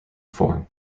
form